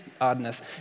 oddness